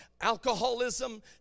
alcoholism